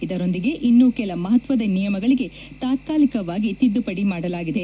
ಇದರೊಂದಿಗೆ ಇನ್ನೂ ಕೆಲ ಮಹತ್ತದ ನಿಯಮಗಳಿಗೆ ತಾತಾಲಿಕ ವಾಗಿ ತಿದ್ದುಪಡಿ ಮಾಡಲಾಗಿದೆ